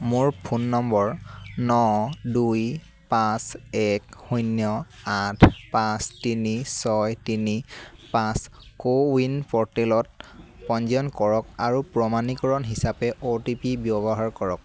মোৰ ফোন নম্বৰ ন দুই পাঁচ এক শূন্য় আঠ পাঁচ তিনি ছয় তিনি পাঁচ কো ৱিন পৰ্টেলত পঞ্জীয়ন কৰক আৰু প্ৰমাণীকৰণ হিচাপে অ' টি পি ব্যৱহাৰ কৰক